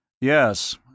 Yes